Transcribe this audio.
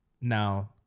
Now